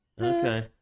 Okay